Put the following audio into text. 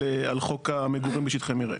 על חוק המגורים בשטחי מרעה.